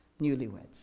newlyweds